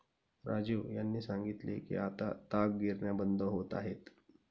राजीव यांनी सांगितले की आता ताग गिरण्या बंद होत आहेत